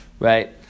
Right